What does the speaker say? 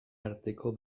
arteko